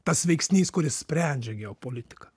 tas veiksnys kuris sprendžia geopolitiką